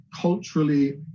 culturally